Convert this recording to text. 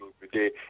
today